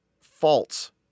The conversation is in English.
false